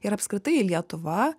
ir apskritai lietuva